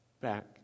back